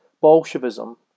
Bolshevism